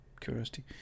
curiosity